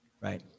right